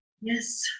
Yes